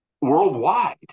worldwide